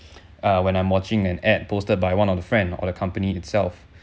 uh when I'm watching an ad posted by one of the friend or the company itself